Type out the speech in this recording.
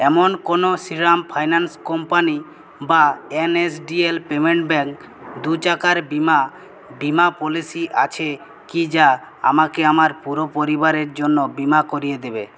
এমন কোনও Shriram finance company বা এনএসডিএল পেমেন্টস ব্যাঙ্ক দু চাকার বিমা বিমা পলিসি আছে কি যা আমাকে আমার পুরো পরিবারের জন্য বিমা করিয়ে দেবে